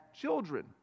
children